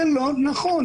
זה לא נכון.